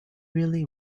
really